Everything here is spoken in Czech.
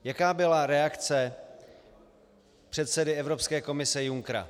Jaká byla reakce předsedy Evropské komise Junckera?